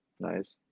Nice